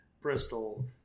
Bristol